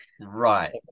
Right